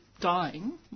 dying